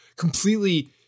completely